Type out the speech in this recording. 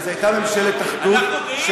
אז הייתה ממשלת אחדות,